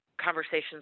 conversations